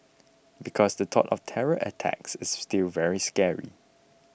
because the thought of terror attacks is still very scary